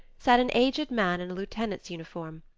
sat an aged man in a lieutenant's uniform,